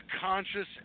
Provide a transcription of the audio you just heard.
conscious